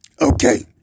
Okay